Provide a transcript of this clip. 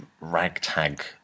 ragtag